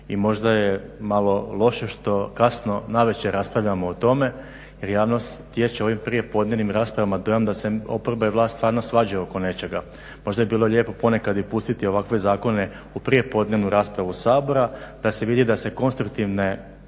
i možda je malo loše što kasno navečer raspravljamo o tome jer javnost stječe u ovim prijepodnevnim raspravama da se oporba i vlast stvarno svađaju oko nečega. Možda bi bilo lijepo ponekad i pustiti ovakve zakone u prijepodnevnu raspravu Sabora da se vidi da se konstruktivne